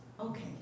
Okay